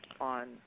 on